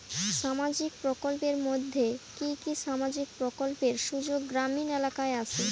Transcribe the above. সামাজিক প্রকল্পের মধ্যে কি কি সামাজিক প্রকল্পের সুযোগ গ্রামীণ এলাকায় আসে?